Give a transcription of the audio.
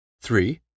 Three